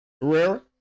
Herrera